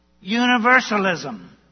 Universalism